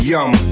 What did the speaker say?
Yum